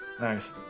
Nice